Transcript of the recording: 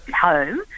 home